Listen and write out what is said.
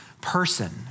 person